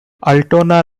altona